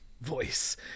voice